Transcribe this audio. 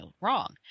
wrong